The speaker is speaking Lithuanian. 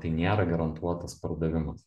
tai nėra garantuotas pardavimas